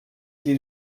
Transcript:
les